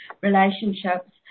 relationships